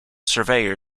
surveyor